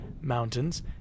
Mountains